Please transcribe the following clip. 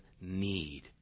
need